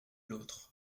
l’autre